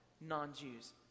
non-Jews